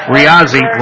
Riazzi